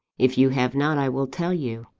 if you have not, i will tell you.